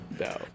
No